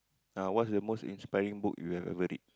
ah what's the most inspiring book you have ever read